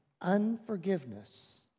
unforgiveness